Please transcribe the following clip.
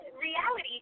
reality